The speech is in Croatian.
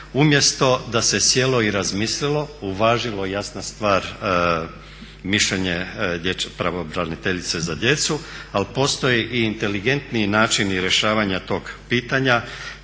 umjesto da se sjelo i razmislilo, uvažilo jasna stvar mišljenje pravobraniteljice za djecu. Ali postoji i inteligentniji način rješavanja tog pitanja